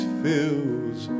fills